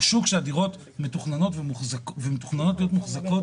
הוא שוק שהדירות מתוכננות להיות מוחזקות